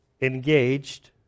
engaged